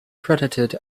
credited